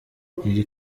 iri